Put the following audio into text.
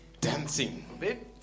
dancing